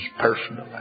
personally